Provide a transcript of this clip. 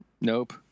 Nope